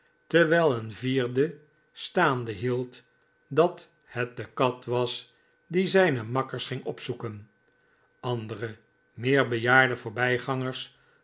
terwijl een vierde staande hield dathet de kat was die zijne makkers ging opzoeken andere meer bejaarde